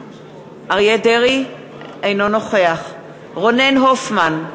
אינו נוכח רונן הופמן,